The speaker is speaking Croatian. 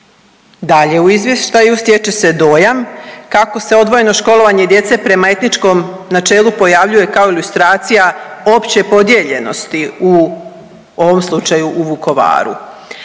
Dalje u izvještaju stječe se dojam kako se odvojeno školovanje djece prema etničkom načelu pojavljuje kao ilustracija opće podijeljenosti u ovom slučaju u Vukovaru.